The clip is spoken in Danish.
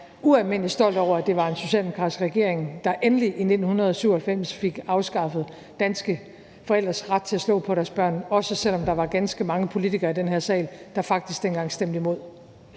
er jeg ualmindelig stolt over, at det var en socialdemokratisk regering, der endelig, i 1997, fik afskaffet danske forældres ret til at slå på deres børn, også selv om der var ganske mange politikere i den her sal, der faktisk dengang stemte imod.